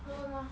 no lah